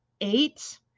eight